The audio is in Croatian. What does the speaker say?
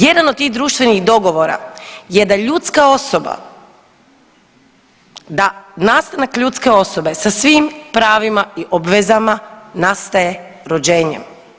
Jedan od tih društvenih dogovora je da ljudska osoba, da nastanak ljudske osobe sa svim pravima i obvezama nastaje rođenjem.